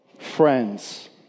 Friends